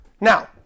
Now